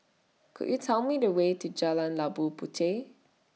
Could YOU Tell Me The Way to Jalan Labu Puteh